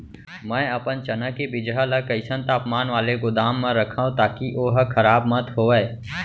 मैं अपन चना के बीजहा ल कइसन तापमान वाले गोदाम म रखव ताकि ओहा खराब मत होवय?